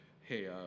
hey